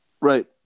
right